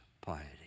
piety